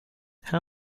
how